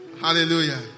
Hallelujah